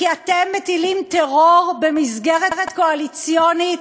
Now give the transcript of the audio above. כי אתם מטילים טרור במסגרת קואליציונית,